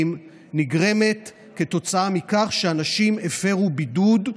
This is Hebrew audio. נגרמת כתוצאה מכך שאנשים הפרו בידוד,